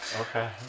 Okay